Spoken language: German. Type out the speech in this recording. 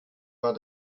war